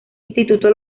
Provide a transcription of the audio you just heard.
instituto